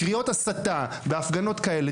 קריאות הסתה והפגנות כאלה,